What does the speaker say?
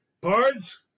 Pards